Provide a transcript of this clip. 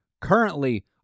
currently